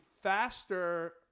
faster